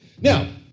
Now